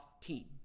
team